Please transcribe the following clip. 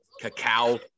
cacao